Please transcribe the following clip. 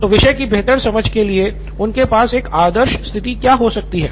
तो विषय की बेहतर समझ के लिए उनके पास एक आदर्श स्थिति क्या हो सकती है